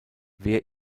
wer